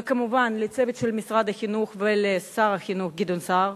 וכמובן לצוות משרד החינוך ולשר החינוך גדעון סער,